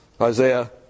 Isaiah